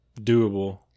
doable